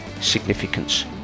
significance